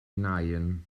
naaien